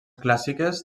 clàssiques